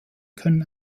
können